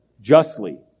justly